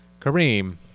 Kareem